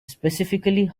specifically